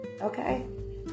Okay